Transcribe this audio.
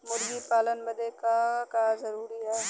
मुर्गी पालन बदे का का जरूरी ह?